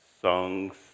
songs